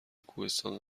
کوهستان